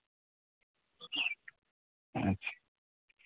ᱟᱪᱪᱷᱟ